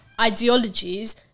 ideologies